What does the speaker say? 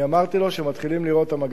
אני אמרתי לו שמתחילים לראות את המגמה.